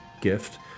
gift